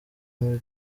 muri